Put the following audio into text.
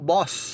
Boss